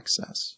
access